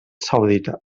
saudita